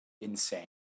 insane